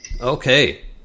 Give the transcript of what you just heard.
Okay